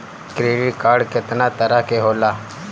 Credit card कितना तरह के होला?